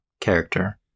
character